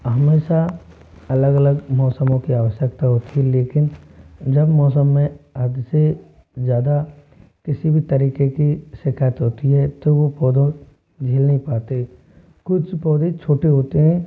हमेशा अलग अलग मौसमों की आवश्यकता होती लेकिन जब मौसम में हद से ज़्यादा किसी भी तरीके की शिकायत होती है तो वो पौधों झेल नहीं पाते कुछ पौधे छोटे होते हैं